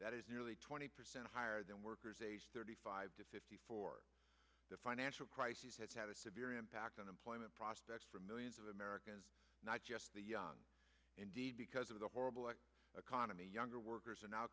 that is nearly twenty percent higher than workers age thirty five to fifty four the financial crisis has had a severe impact on employment prospects for millions of americans not just indeed because of the horrible at a condom a younger workers are now